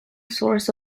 source